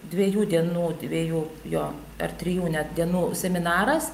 dviejų dienų dviejų jo ar trijų dienų seminaras